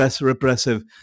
repressive